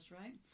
right